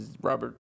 Robert